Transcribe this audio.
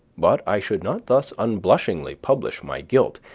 but i should not thus unblushingly publish my guilt,